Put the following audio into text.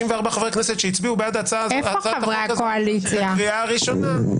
64 חברי הכנסת שהצביעו בעד הצעת החוק הזאת בקריאה הראשונה,